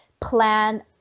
plan